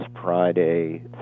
Friday